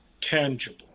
tangible